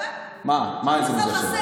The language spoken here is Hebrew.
איזה מזל שבאתי.